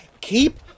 keep